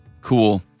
cool